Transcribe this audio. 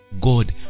God